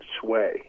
sway